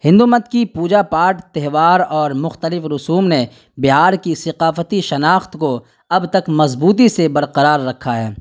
ہندو مت کی پوجا پاٹ تیہوار اور مختلف رسوم نے بہار کی ثقافتی شناخت کو اب تک مضبوطی سے برقرار رکھا ہے